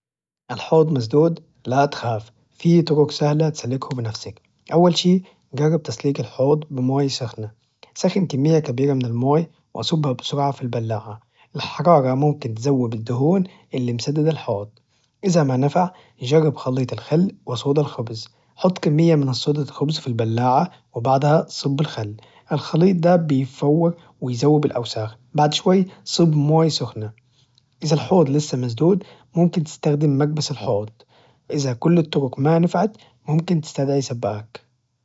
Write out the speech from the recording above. الحوض مسدود؟ لا تخاف فيه طرق سهلة تسلكه بنفسك، أول شي جرب تسليك الحوض بموية سخنة، سخن كمية كبيرة من الموية وصبها بسرعة في البلاعة الحرارة ممكن تذوب الدهون إللي مسددة الحوض، إذا ما نفع جرب خليط الخل وصودا الخبز، حط كمية من صودا الخبز في البلاعة وبعدها صب الخل، الخليط ده بيفور ويذوب الأوساخ، بعد شوي صب موية سخنة إذا الحوض لسه مسدود ممكن تستخدم مكبس الحوض، إذا كل الطرق ما نفعت ممكن تستدعي سباك.